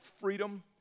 freedom